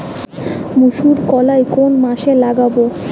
মুসুর কলাই কোন মাসে লাগাব?